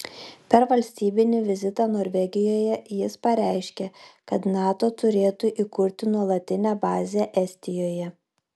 per valstybinį vizitą norvegijoje jis pareiškė kad nato turėtų įkurti nuolatinę bazę estijoje